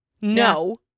No